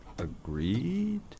agreed